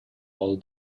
all